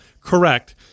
Correct